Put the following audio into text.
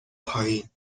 پایین